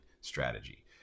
strategy